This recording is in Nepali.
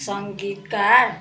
सङ्गीतकार